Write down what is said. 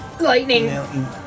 Lightning